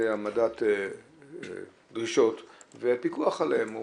העמדת דרישות ופיקוח עליהן.